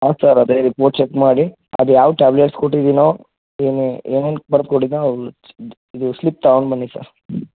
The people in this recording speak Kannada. ಹಾಂ ಸರ್ ಅದೇ ರಿಪೋರ್ಟ್ ಚೆಕ್ ಮಾಡಿ ಅದು ಯಾವ ಟ್ಯಾಬ್ಲೆಟ್ಸ್ ಕೊಟ್ಟಿದ್ದೀನೋ ಏನು ಏನೇನು ಬರ್ದು ಕೊಟ್ಟಿದ್ದೀನೋ ಇದು ಸ್ಲಿಪ್ ತೊಗೊಂಬನ್ನಿ ಸರ್